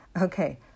Okay